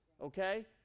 Okay